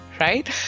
right